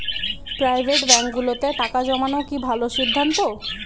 Private ব্যাংকগুলোতে টাকা জমানো কি ভালো সিদ্ধান্ত?